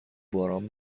باران